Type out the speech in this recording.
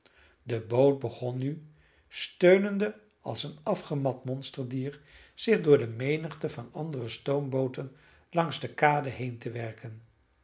de boot begon nu steunende als een afgemat monsterdier zich door de menigte van andere stoombooten langs de kade heen te werken